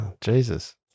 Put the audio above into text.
Jesus